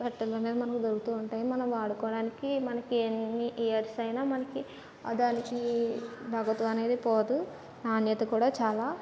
బట్టలు అనేవి మనకు దొరుకుతూ ఉంటాయి మనము వాడుకోవడానికి మనకి ఎన్ని ఇయర్స్ అయినా మనకి దానికి నగదు అనేది పోదు నాణ్యత కూడా చాలా